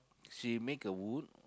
she make a wood